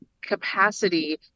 capacity